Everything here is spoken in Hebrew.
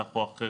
כך או אחרת,